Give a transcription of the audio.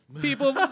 People